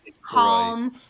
calm